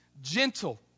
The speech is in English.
gentle